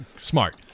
Smart